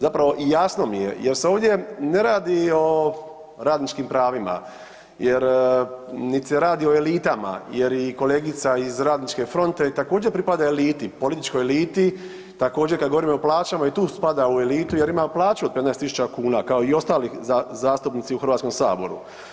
Zapravo i jasno mi je jer se ovdje ne radi o radničkim pravima jer niti se radi o elitama jer i kolegica iz Radničke fronte također pripada eliti, političkoj eliti, također kada govorimo i o plaćama i tu spada u elitu jer ima plaću od 15.000 kuna kao i ostali zastupnici u HS-u.